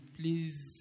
please